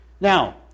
Now